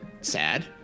sad